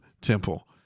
temple